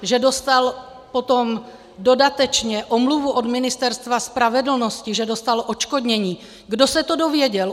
Že dostal potom dodatečně omluvu od Ministerstva spravedlnosti, že dostal odškodnění, kdo se to dozvěděl?